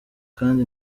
kandi